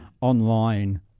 online